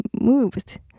moved